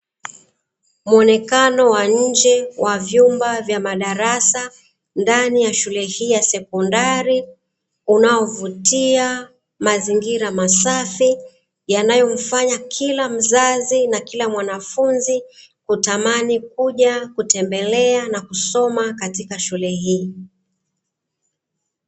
Muonekano wa nje wa vyumba vya madarasa ndani ya shule hii ya sekondari, unaovutia, mazingira masafi, yanayomfanya kila mzazi na kila mwanafunzi kutamani kuja kutembelea na kusoma katika shule hii.